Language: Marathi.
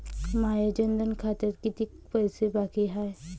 माया जनधन खात्यात कितीक पैसे बाकी हाय?